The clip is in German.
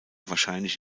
wahrscheinlich